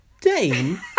Dame